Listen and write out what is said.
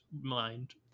mind